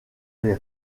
des